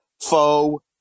foe